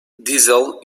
diesel